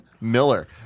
Miller